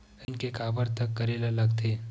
ऋण के काबर तक करेला लगथे?